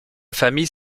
famille